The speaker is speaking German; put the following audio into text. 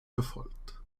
verfolgt